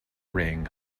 ring